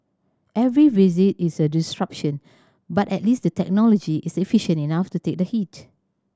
every visit is a disruption but at least the technology is efficient enough to take the hit